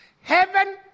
Heaven